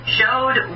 showed